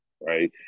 right